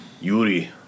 Yuri